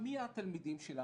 מי הם התלמידים שלנו?